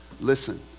listen